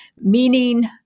meaning